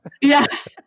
Yes